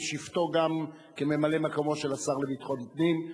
בשבתו גם כממלא-מקומו של השר לביטחון פנים,